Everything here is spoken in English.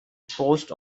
post